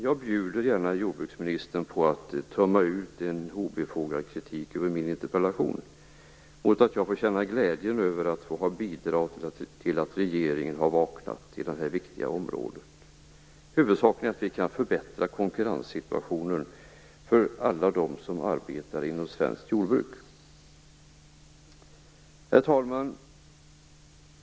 Jag bjuder gärna jordbruksministern på att tömma ut en obefogad kritik över min interpellation mot att jag får känna glädjen över att ha bidragit till att regeringen har vaknat på det här viktiga området. Huvudsaken är att vi kan förbättra konkurrenssituationen för alla dem som arbetar inom svenskt jordbruk. Herr talman!